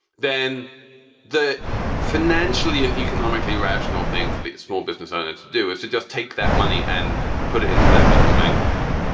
then that financially and economically rational thing for the small business owner to do is to just take that money and put it into their personal bank account,